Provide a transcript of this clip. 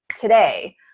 today